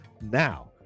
now